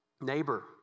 Neighbor